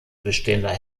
bestehender